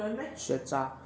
学渣